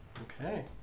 Okay